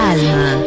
Alma